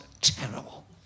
terrible